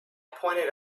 pointed